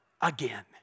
again